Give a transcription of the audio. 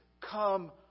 come